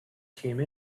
came